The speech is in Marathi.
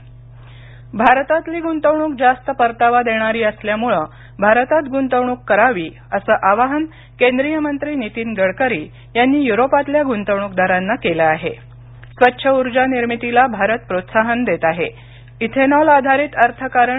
गडकरी भारतातली गुंतवणूक जास्त परतावा देणारी असल्यामुळे भारतात गुंतवणूक करावी असं आवाहन केंद्रीय मंत्री नितीन गडकरी यांनी युरोपातल्या गुंतवणूकदारांना केलं आहेस्वच्छ उर्जा निर्मितीला भारत इथेनॉल आधारित अर्थकारण